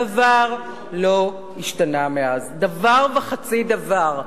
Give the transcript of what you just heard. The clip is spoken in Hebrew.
דבר לא השתנה מאז, דבר וחצי דבר.